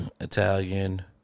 Italian